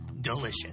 delicious